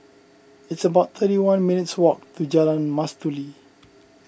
it's about thirty one minutes' walk to Jalan Mastuli